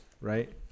right